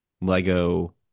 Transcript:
Lego